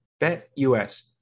BetUS